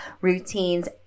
routines